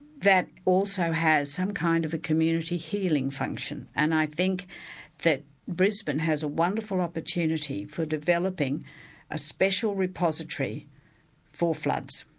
that also has some kind of a community healing function. and i think that brisbane has a wonderful opportunity for developing a special repository for floods,